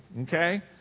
okay